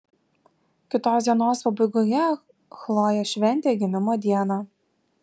kitos dienos pabaigoje chlojė šventė gimimo dieną